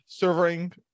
servering